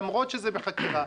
למרות שזה בחקירה.